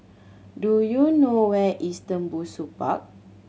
do you know where is Tembusu Park